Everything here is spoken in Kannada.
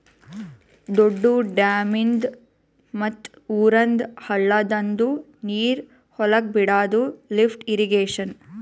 ದೊಡ್ದು ಡ್ಯಾಮಿಂದ್ ಮತ್ತ್ ಊರಂದ್ ಹಳ್ಳದಂದು ನೀರ್ ಹೊಲಕ್ ಬಿಡಾದು ಲಿಫ್ಟ್ ಇರ್ರೀಗೇಷನ್